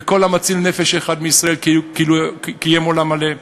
וכל המציל נפש אחת מישראל כאילו קיים עולם מלא.